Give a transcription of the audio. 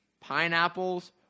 pineapples